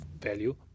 value